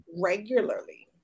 regularly